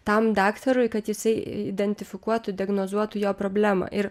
tam daktarui kad jisai identifikuotų diagnozuotų jo problemą ir